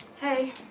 Hey